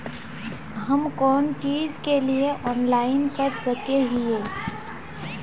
हम कोन चीज के लिए ऑनलाइन कर सके हिये?